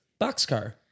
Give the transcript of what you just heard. Boxcar